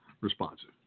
responsive